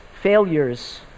failures